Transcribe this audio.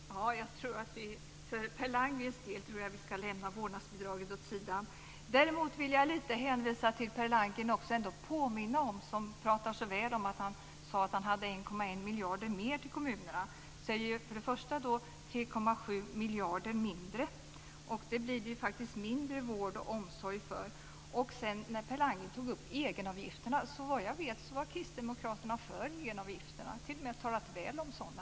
Fru talman! Jag tror för Per Landgrens skull att vi ska lämna vårdnadsbidraget åt sidan. Per Landgren pratar så väl, och han sade att han hade 1,1 miljard mer till kommunerna. Då vill jag påminna om att det är 3,7 miljarder mindre. För det blir det faktiskt mindre vård och omsorg. Sedan tog Per Landgren upp egenavgifterna. Såvitt jag vet var kristdemokraterna för egenavgifterna. De talade t.o.m. väl om sådana.